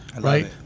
Right